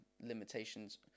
limitations